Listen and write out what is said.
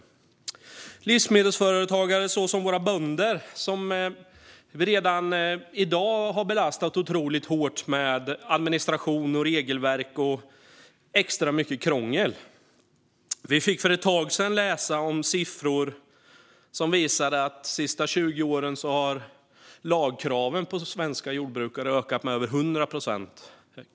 Detta handlar om livsmedelsföretagare såsom våra bönder, som vi redan i dag har belastat otroligt hårt med administration, regelverk och extra mycket krångel. Vi fick för ett tag sedan läsa om siffror som visade att lagkraven på svenska jordbrukare har ökat med över 100 procent de senaste åren.